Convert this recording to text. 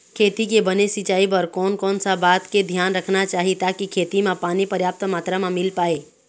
खेती के बने सिचाई बर कोन कौन सा बात के धियान रखना चाही ताकि खेती मा पानी पर्याप्त मात्रा मा मिल पाए?